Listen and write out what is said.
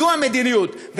זו המדיניות.